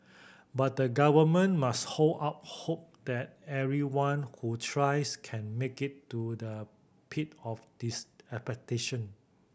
but the Government must hold out hope that everyone who tries can make it to the peak of this expectation